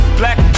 black